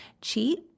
cheat